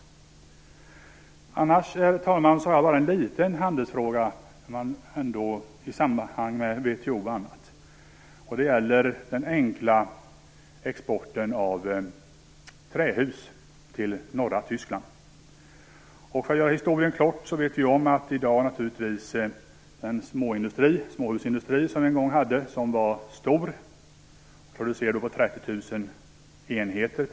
För övrigt, herr talman, har jag bara en liten handelsfråga i samband med exempelvis VHO. Det gäller något så enkelt som exporten av trähus till norra Tyskland. Den småhusindustri som vi en gång hade var stor och producerade uppemot 30 000 enheter.